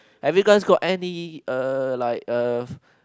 have you guys got any err like err